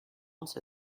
into